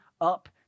up